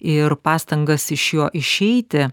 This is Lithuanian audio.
ir pastangas iš jo išeiti